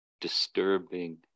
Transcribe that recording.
disturbing